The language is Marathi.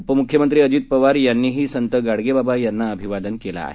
उपमुख्यमंत्री अजित पवार यांनीही संत गाडगेबाबा यांना अभिवादन केलं आहे